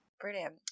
brilliant